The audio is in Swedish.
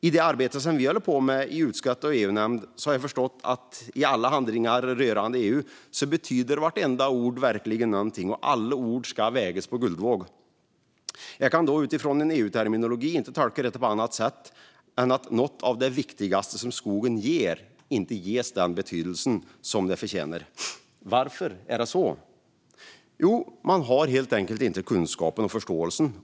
I det arbete vi håller på med i utskott och EU-nämnd har jag förstått att i alla handlingar rörande EU betyder vartenda ord verkligen någonting, och alla ord ska vägas på guldvåg. Jag kan då utifrån en EU-terminologi inte tolka detta på annat sätt än att något av det viktigaste skogen ger inte ges den betydelse det förtjänar. Varför är det så? Jo, man har helt enkelt inte kunskapen eller förståelsen.